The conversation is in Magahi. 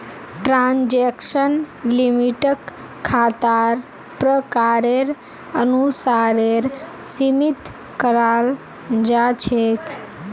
ट्रांजेक्शन लिमिटक खातार प्रकारेर अनुसारेर सीमित कराल जा छेक